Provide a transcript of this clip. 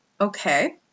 Okay